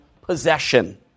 possession